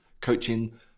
coaching